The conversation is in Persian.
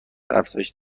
افزایش